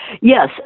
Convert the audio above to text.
Yes